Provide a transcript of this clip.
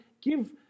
give